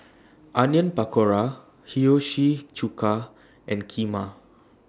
Onion Pakora Hiyashi Chuka and Kheema